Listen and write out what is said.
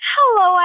Hello